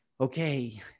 okay